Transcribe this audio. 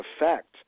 effect